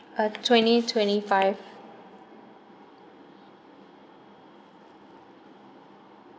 uh twenty twenty five